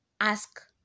ask